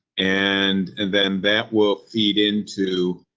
and then that will feed into.